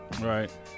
Right